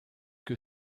que